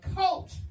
coach